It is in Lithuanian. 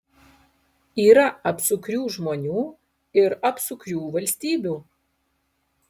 yra apsukrių žmonių ir apsukrių valstybių